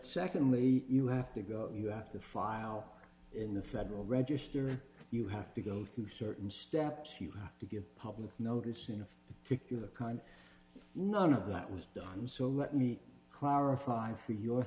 secondly you have to go you have to file in the federal register you have to go through certain steps you have to give public notice in a peculiar kind none of that was done so let me clarify for your